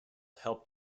helped